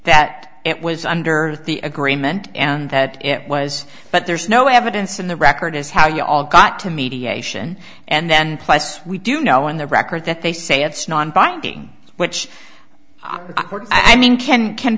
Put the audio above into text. that it was under the agreement and that it was but there's no evidence in the record is how you all got to mediation and then plus we do know on the record that they say it's non binding which i mean can can